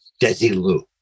Desilu